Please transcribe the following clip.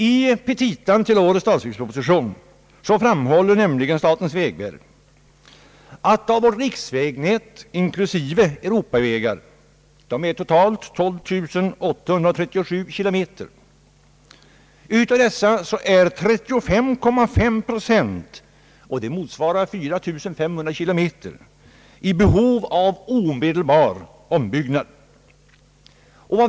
I petita till årets statsverksproposition framhåller nämligen statens vägverk att av vårt riksvägnät inklusive Europavägar — totalt 12 837 kilometer — 35,5 procent, vilket motsvarar 4500 kilometer, är i behov av omedelbar ombyggnad.